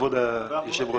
כבוד היושב-ראש,